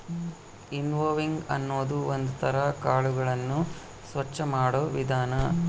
winnowing ಅನ್ನೋದು ಒಂದ್ ತರ ಕಾಳುಗಳನ್ನು ಸ್ವಚ್ಚ ಮಾಡೋ ವಿಧಾನ